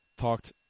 Talked